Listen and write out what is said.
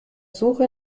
suche